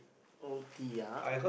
o_t ah